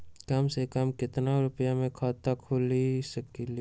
कम से कम केतना रुपया में खाता खुल सकेली?